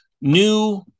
new